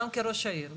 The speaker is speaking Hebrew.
גם כראש עיר,